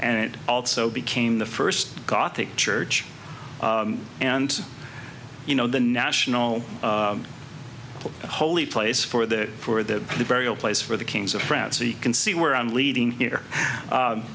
and it also became the first gothic church and you know the national holy place for the for the the burial place for the kings of france so you can see where i'm leading here